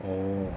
oh